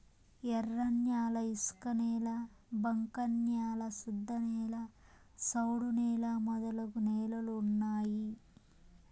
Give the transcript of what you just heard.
ఎర్రన్యాల ఇసుకనేల బంక న్యాల శుద్ధనేల సౌడు నేల మొదలగు నేలలు ఉన్నాయి